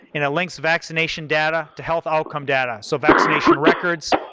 and it links vaccination data to health outcome data, so vaccination records,